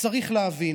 וצריך להבין,